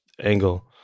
angle